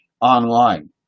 online